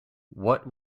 what